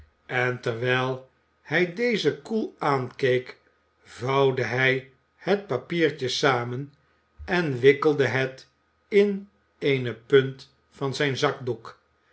en terwijl hij dezen koel aankeek vouwde hij het papiertje samen en wikkelde het in eene punt van zijn zakdoek